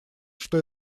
что